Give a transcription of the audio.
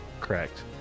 Correct